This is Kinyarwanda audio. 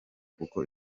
kuko